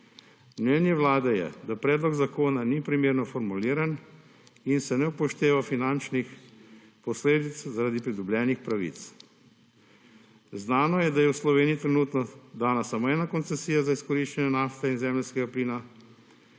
Mnenje Vlade je, da predlog zakona ni primerno formuliran in se ne upošteva finančnih posledic zaradi pridobljenih pravic. Znano je, da je v Sloveniji trenutno dana samo ena koncesija za izkoriščanje nafte in zemeljskega plina.